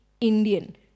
Indian